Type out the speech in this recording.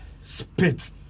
spit